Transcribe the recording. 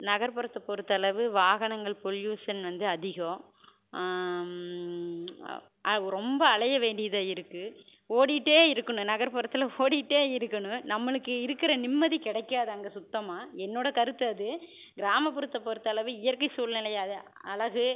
நகர்புறத்தை பொறுத்த அளவு வாகனங்கள் பொல்யூஷன் வந்து அதிகம் ரொம்ப அலைய வேண்டியதாக இருக்குது ஓடிகிட்டே இருக்கணும் நகர்புறத்தில் ஓடிகிட்டே இருக்கணும் நம்மளுக்கு இருக்கிற நிம்மதி கிடைக்காது அங்கே சுத்தமாக என்னோட கருத்து அது கிராமப்புறத்தை பொறுத்தளவு இயற்கை சூழ்நிலையை அழகு